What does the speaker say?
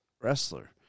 wrestler